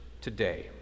today